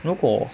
如果